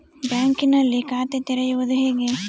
ಬ್ಯಾಂಕಿನಲ್ಲಿ ಖಾತೆ ತೆರೆಯುವುದು ಹೇಗೆ?